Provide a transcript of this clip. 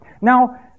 Now